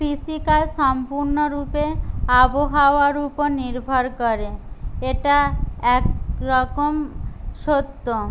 কৃষিকাজ সম্পূর্ণরূপে আবহাওয়ার উপর নির্ভর করে এটা এক রকম সত্য